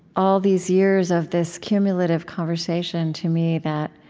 all these years of this cumulative conversation to me that,